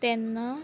ਤਿੰਨ